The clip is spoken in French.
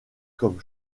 comme